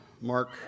Mark